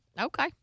Okay